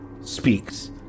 speaks